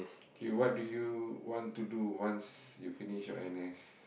okay what do you want to do once you finish your N_S